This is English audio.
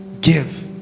give